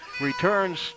returns